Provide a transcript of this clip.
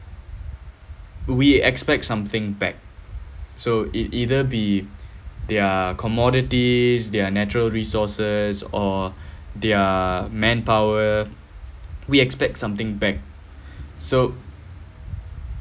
we expect something back so it either be their commodities their natural resources or their manpower we expect something back so